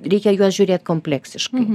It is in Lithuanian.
reikia į juos žiūrėt kompleksiškai